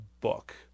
book